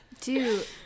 dude